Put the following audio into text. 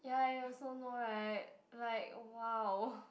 ya you also know right like !wow!